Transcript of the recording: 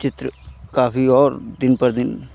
चित्र काफ़ी और दिन पर दिन